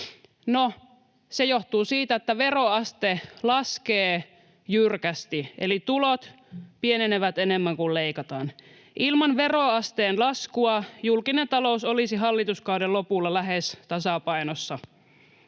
se johtuu siitä, että veroaste laskee jyrkästi eli tulot pienenevät enemmän kuin leikataan. Ilman veroasteen laskua julkinen talous olisi hallituskauden lopulla lähes tasapainossa.